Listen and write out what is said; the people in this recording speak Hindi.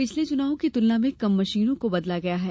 पिछले चुनाव की तुलना में कम मशीनों को बदला गया है